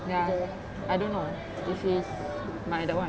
ya I don't know if he's my the one